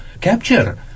capture